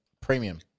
premium